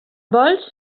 vols